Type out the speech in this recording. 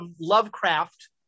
Lovecraft